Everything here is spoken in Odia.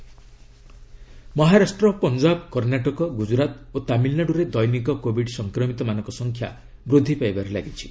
କୋବିଡ୍ ଷ୍ଟେଟସ୍ ମହାରାଷ୍ଟ୍ର ପଞ୍ଜାବ କର୍ଣ୍ଣାଟକ ଗୁଜରାତ ଓ ତାମିଲନାଡ଼ୁରେ ଦୈନିକ କୋବିଡ୍ ସଂକ୍ମିତମାନଙ୍କ ସଂଖ୍ୟା ବୃଦ୍ଧି ପାଇବାରେ ଲାଗିଛି